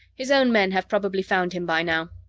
his own men have probably found him by now.